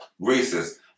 racist